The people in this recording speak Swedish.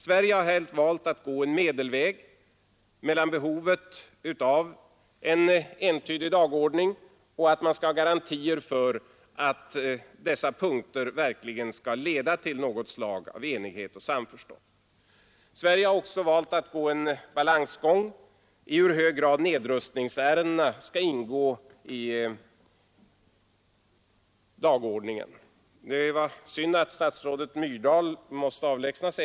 Sverige har här valt att gå en medelväg mellan behovet av en entydig dagordning och angelägenheten av garantier för att punkterna på dagordningen verkligen leder till något slag av enighet och samförstånd. Sverige har också valt att gå en balansgång i frågan om i hur hög grad nedrustningsärendena skall ingå i dagordningen. Det är synd att statsrådet Myrdal måste avlägsna sig.